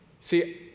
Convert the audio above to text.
See